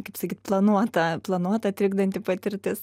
kaip sakyt planuota planuota trikdanti patirtis